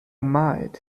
might